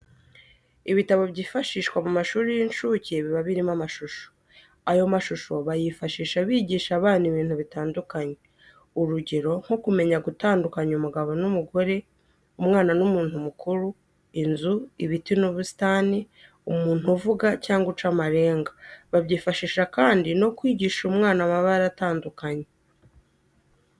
Ibitabo byifashishwa mu mashuli y'incucye biba birimo amashusho , ayo mashusho bayifashisha bigisha abana ibintu bitandukanye. Urugero nko kumenya gutandukanya umugabo n'umugore, umwana n'umuntu mukuru, inzu, ibiti n'ubusitani ,umuntu uvuga cyangwa uca amarenga , babyifashisha kandi no kwigisha umwana amabara atandukanye.